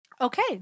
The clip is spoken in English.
Okay